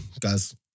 guys